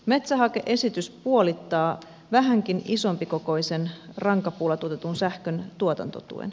metsähake esitys puolittaa vähänkin isompikokoisen rankapuulla tuotetun sähkön tuotantotuen